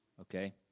okay